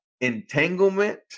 Entanglement